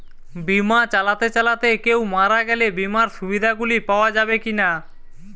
বিমা চালাতে চালাতে কেও মারা গেলে বিমার সুবিধা গুলি পাওয়া যাবে কি না?